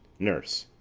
nurse.